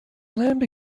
lambda